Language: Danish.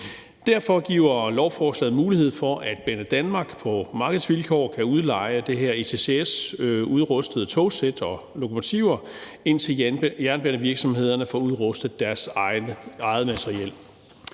Derfor giver lovforslaget mulighed for, at Banedanmark på markedsvilkår kan udleje de her ETCS-udrustede togsæt og lokomotiver, indtil jernbanevirksomhederne får udrustet deres eget materiel.